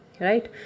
right